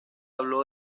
habló